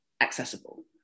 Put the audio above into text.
accessible